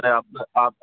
হ্যাঁ আপনার আপ